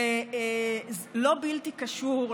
ולא בלתי קשור,